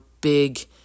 big